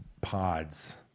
pods